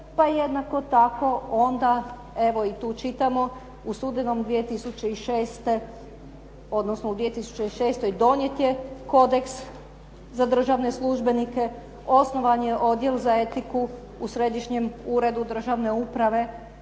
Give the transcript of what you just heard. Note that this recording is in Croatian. pa jednako tako onda evo i tu čitamo u studenom 2006. odnosno u 2006. donijet je kodeks za državne službenike. Osnovan je odjel za etiku u Središnjem uredu državne uprave,